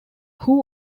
who